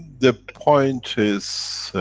the point is.